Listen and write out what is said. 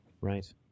Right